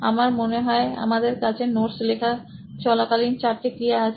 আমার মনে হয় আমাদের কাছে নোটস লেখা চলাকালীন চারটে ক্রিয়া আছে